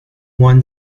one